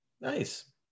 Nice